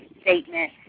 statement